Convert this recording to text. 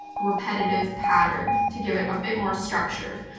repetitive pattern to give it a bit more structure.